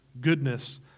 goodness